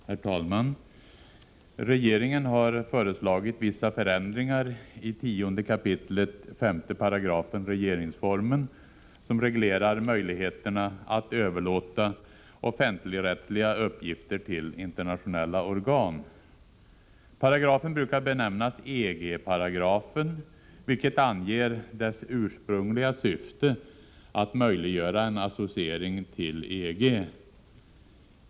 Herr talman! Regeringen har föreslagit vissa förändringar i 10 kap. 5 § regeringsformen som reglerar möjligheterna att överlåta offentligrättsliga uppgifter till internationella organ. Paragrafen brukar benämnas EG paragrafen, vilket anger dess ursprungliga syfte att möjliggöra en associering till EG.